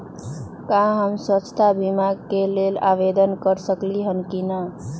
का हम स्वास्थ्य बीमा के लेल आवेदन कर सकली ह की न?